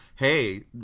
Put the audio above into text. hey